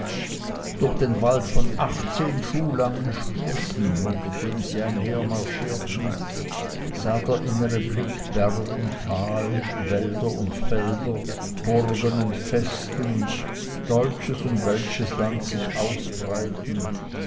durch den wald von achtzehn schuh langen spießen unter dem sie einhermarschierten sah der innere blick berg und tal wälder und felder burgen und vesten deutsches und welsches land sich ausbreiten